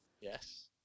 Yes